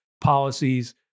policies